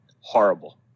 horrible